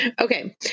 Okay